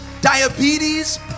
diabetes